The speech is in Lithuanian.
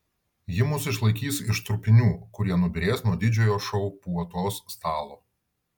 ji mus išlaikys iš trupinių kurie nubyrės nuo didžiojo šou puotos stalo